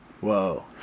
Whoa